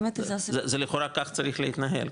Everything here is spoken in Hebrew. זה לכאורה כך צריך להתנהל,